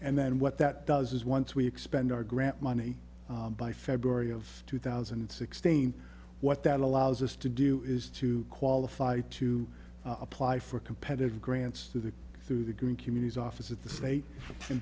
and then what that does is once we expend our grant money by february of two thousand and sixteen what that allows us to do is to qualify to apply for competitive grants through the through the green communities office of the state and